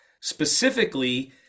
specifically